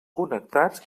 connectats